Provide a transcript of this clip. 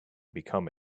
become